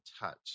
touch